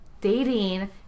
dating